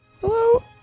Hello